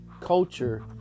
Culture